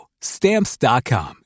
Stamps.com